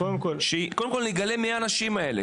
קודם כל נגלה מי האנשים האלה,